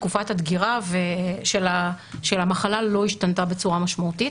תקופת הדגירה של המחלה לא השתנתה בצורה משמעותית.